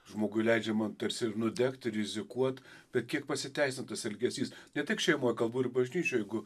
žmogui leidžiama tarsi ir nudegt ir rizikuot bet kiek pasiteisina tas elgesys ne tik šeimoj kalbu ir bažnyčioj jeigu